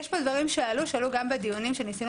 יש פה דברים שעלו גם בדיונים וניסינו